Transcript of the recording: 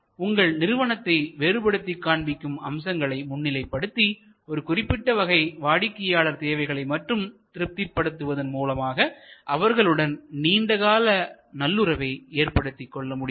எனவே உங்கள் நிறுவனத்தை வேறுபடுத்திக் காண்பிக்கும் அம்சங்களை முன்னிலைப்படுத்தி ஒரு குறிப்பிட்ட வகை வாடிக்கையாளர் தேவைகளை மட்டும் திருத்திபடுத்துவதன் மூலமாக அவர்களுடன் நீண்ட கால நல்லுறவை ஏற்படுத்திக் கொள்ள முடியும்